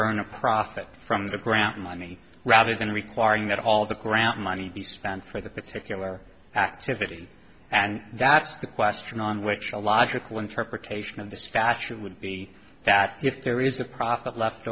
earn a profit from the grant money rather than requiring that all the ground money be spent for the particular activity and that's the question on which a logical interpretation of the statute would be that if there is a profit left